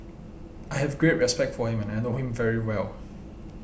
I have great respect for him and I know him very well